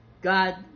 God